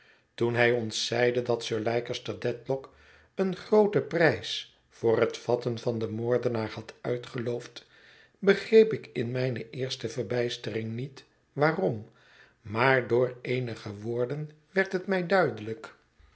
toen hij ons zeide dat sir leicester dedlock een grooten prijs voor het vatten van den moordenaar had uitgeloofd begreep ik in mijne eerste verbijstering niet waarom maar door ëenige woorden werd het mij duidelijk